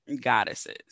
goddesses